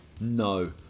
No